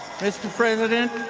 mr. president,